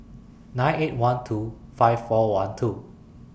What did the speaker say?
nine eight one two five four one two